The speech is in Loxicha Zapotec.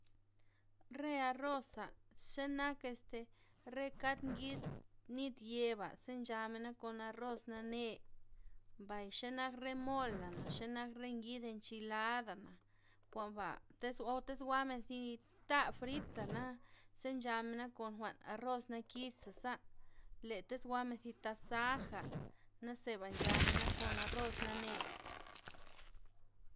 Re arroza', zenak este re kad ngid nit yeba'ze nchamena kon arroz nane', mbay xenak re mola', xenak re ngid enchiladana, jwa'n ba tyz o tyz jwa'men ti ta fritana ze nchamena' kon jwa'n arroz nakisza', le tiz jwa'men tasaja nezeba nchamen kon arroz nane'.